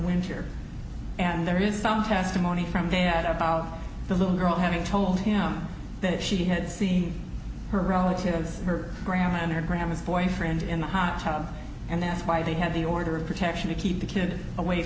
winter and there is some testimony from there at about the little girl having told him that she had seen her relatives her around her grandma's boyfriend in the hot tub and that's why they had the order of protection to keep the kid away